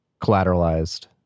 collateralized